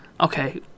Okay